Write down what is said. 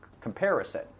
comparison